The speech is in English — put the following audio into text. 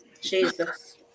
Jesus